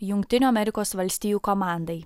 jungtinių amerikos valstijų komandai